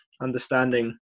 understanding